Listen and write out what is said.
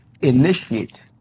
initiate